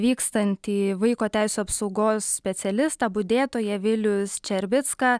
vykstantį vaiko teisių apsaugos specialistą budėtoją vilių ščerbicką